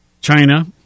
China